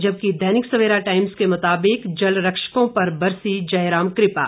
जबकि दैनिक सवेरा टाइम्स के मुताबिक जल रक्षकों पर बरसी जयराम कृपा